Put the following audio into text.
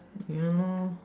do you know